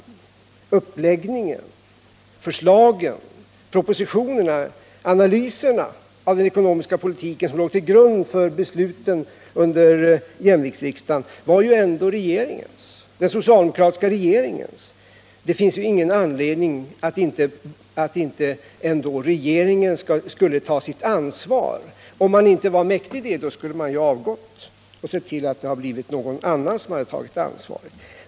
Men uppläggningen, förslagen, propositionerna och analyserna av den ekonomiska politik som låg till grund för besluten under jämviktsriksdagen var ju ändå den socialdemokratiska regeringens. Det fanns därför ingen anledning till att inte den regeringen skulle ta sitt ansvar. Och om den inte var mäktig det, skulle den ju ha avgått och sett till att det hade blivit någon annan som hade övertagit ansvaret.